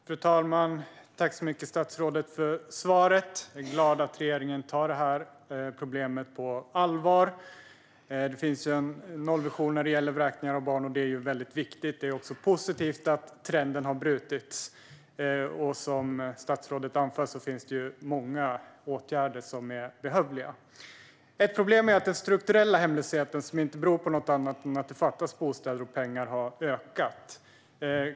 Fru talman! Tack, statsrådet, för svaret! Jag är glad att regeringen tar det här problemet på allvar. Det finns en nollvision när det gäller vräkningar av barn, och det är väldigt viktigt. Det är också positivt att trenden har brutits. Som statsrådet anför finns det många åtgärder som är behövliga. Ett problem är att den strukturella hemlösheten, som inte beror på något annat än att det fattas bostäder och pengar, har ökat.